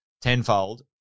tenfold